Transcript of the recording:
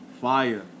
Fire